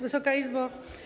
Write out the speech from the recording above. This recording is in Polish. Wysoka Izbo!